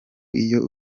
iyo